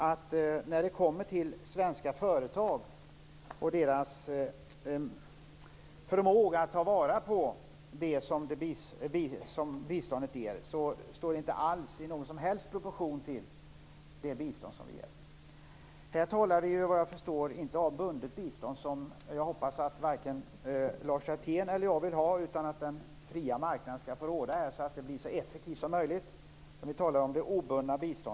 Det är litet anmärkningsvärt att svenska företags förmåga att ta vara på det som biståndet ger inte alls står i proportion till det bistånd vi ger. Här talar vi såvitt jag förstår inte om bundet bistånd, som jag hoppas att varken Lars Hjertén eller jag vill ha, utan om det obundna biståndet. Den fria marknaden skall få råda, så att biståndet blir så effektivt som möjligt.